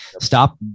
stop